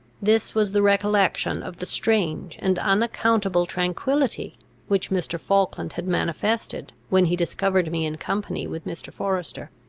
this was the recollection of the strange and unaccountable tranquillity which mr. falkland had manifested, when he discovered me in company with mr. forester.